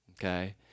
Okay